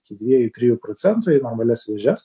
iki dviejų trijų procentų į normalias vėžes